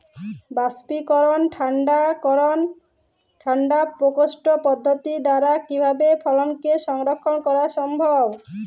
বাষ্পীকরন ঠান্ডা করণ ঠান্ডা প্রকোষ্ঠ পদ্ধতির দ্বারা কিভাবে ফসলকে সংরক্ষণ করা সম্ভব?